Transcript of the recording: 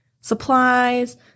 supplies